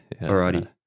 Alrighty